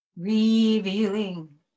revealing